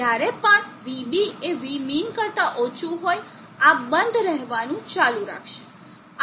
જ્યારે પણ vB એ vmin કરતા ઓછું હોય આ બંધ રહેવાનું ચાલુ રાખશે